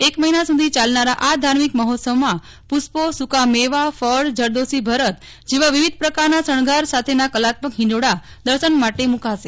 એક મહિના સુધી ચાલનારા ધાર્મિક મહોત્સવમાં પુષ્પોસુકા મેવાફળઝરદોશી ભરત જેવા વિવિધ પ્રકારના શણગાર સાથે ના કલાત્મક હિંડોળા દર્શન માટે મુકાશે